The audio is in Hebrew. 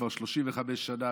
כבר 35 שנה,